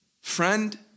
friend